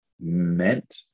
meant